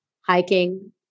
hiking